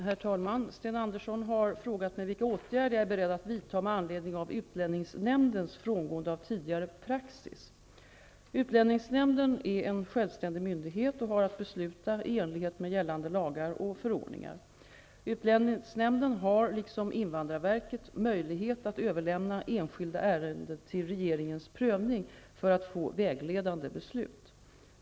Herr talman! Sten Andersson i Malmö har frågat mig vilka åtgärder jag är beredd att vidta med anledning av utlänningsnämndens frångående av tidigare praxis. Utlänningsnämnden är en självständig myndighet och har att besluta i enlighet med gällande lagar och förordningar. Utlänningsnämnden har, liksom invandrarverket, möjlighet att överlämna enskilda ärenden till regeringens prövning för att få vägledande beslut.